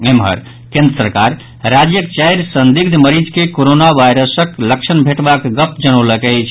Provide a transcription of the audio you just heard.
एम्हर केन्द्र सरकार राज्यक चारि संदिग्ध मरीज मे कोरोना वायरसक लक्षण भेटबाक गप जनौलक अछि